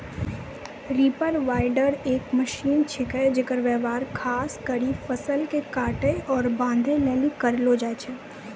reaper binder एक machine छिकै जेकर व्यवहार खास करी फसल के काटै आरू बांधै लेली करलो जाय छै